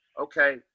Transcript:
okay